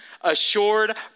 assured